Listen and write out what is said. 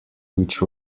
which